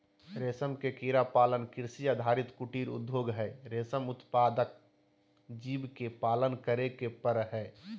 रेशम के कीड़ा पालन कृषि आधारित कुटीर उद्योग हई, रेशम उत्पादक जीव के पालन करे के पड़ हई